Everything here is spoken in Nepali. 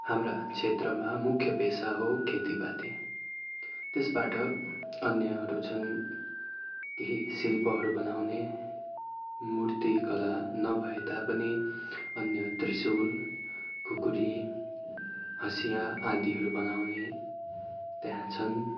हाम्रा क्षेत्रमा मुख्य पेसा हो खेतीपाती त्यसबाट अन्यहरू छन् केही शिल्पहरू बनाउने मूर्तिकला नभए तापनि अन्य त्रिशुल खुकुरी हँसिया आदिहरू बनाउने त्यहाँ छन्